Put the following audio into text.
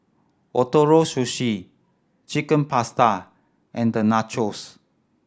Ootoro Sushi Chicken Pasta and the Nachos